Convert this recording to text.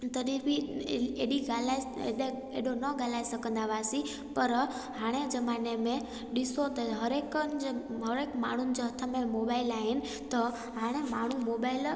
तॾहिं बि ए हेॾी ॻाल्हि हेॾो न ॻाल्हाए सघंदा हुआसीं पर हाणे जे ज़माने में ॾिसो त हर हिकु हिकु माण्हुनि जे हथ में मोबाइल आहिनि त हाणे माण्हुनि मोबाइल